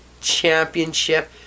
championship